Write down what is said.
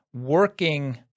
working